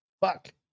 fuck